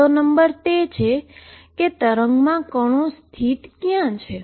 પહેલો નંબર તે છે વેવમાં પાર્ટીકલ ક્યાં લોકેટેડ છે